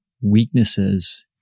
weaknesses